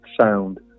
sound